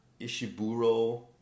Ishiburo